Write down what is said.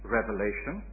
Revelation